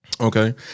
Okay